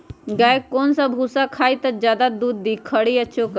गाय कौन सा भूसा खाई त ज्यादा दूध दी खरी या चोकर?